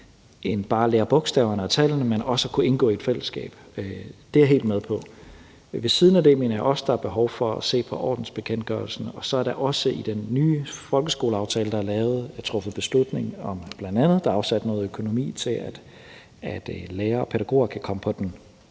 end bare at lære bogstaverne og tallene, men også at kunne indgå i et fællesskab. Det er jeg helt med på. Ved siden af det mener jeg også, at der er behov for at se på ordensbekendtgørelsen, og så er der også i den nye folkeskoleaftale, der er lavet, bl.a. afsat noget økonomi til, at lærere og pædagoger kan komme på den